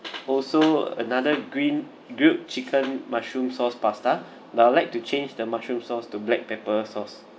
also another green grilled chicken mushroom sauce pasta but I'd like to change the mushroom sauce to black pepper sauce